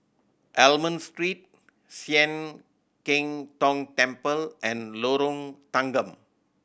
Almond Street Sian Keng Tong Temple and Lorong Tanggam